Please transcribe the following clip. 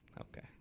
Okay